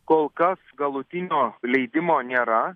kol kas galutinio leidimo nėra